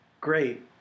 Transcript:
Great